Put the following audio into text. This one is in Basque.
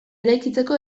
eraikitzeko